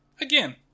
again